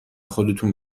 خودتون